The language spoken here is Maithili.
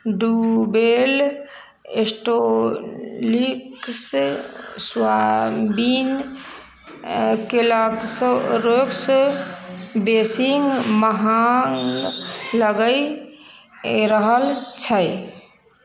डूबेल स्टॉलिक्स सोयाबीनके लक्स बेसिङ्ग महंग लगैए रहल छै